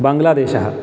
बाङ्ग्लादेशः